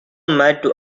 met